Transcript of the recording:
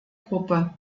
gruppe